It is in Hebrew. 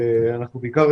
אנחנו בעיקר